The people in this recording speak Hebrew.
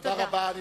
תודה רבה.